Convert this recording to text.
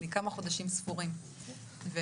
אני כמה חודשים ספורים בתפקיד.